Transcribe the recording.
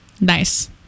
Nice